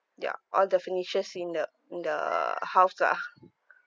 ya all the furnitures in the in the house lah